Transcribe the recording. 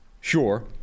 sure